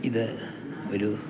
ഇത് ഒരു